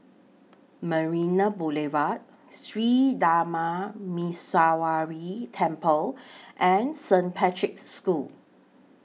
Marina Boulevard Sri Darma Muneeswaran Temple and Saint Patrick's School